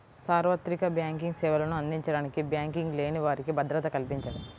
సార్వత్రిక బ్యాంకింగ్ సేవలను అందించడానికి బ్యాంకింగ్ లేని వారికి భద్రత కల్పించడం